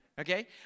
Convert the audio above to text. Okay